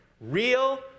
Real